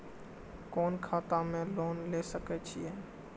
कोन खाता में लोन ले सके छिये?